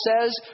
says